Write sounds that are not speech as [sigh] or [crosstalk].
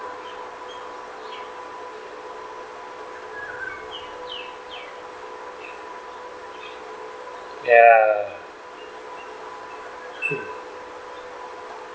ya [laughs]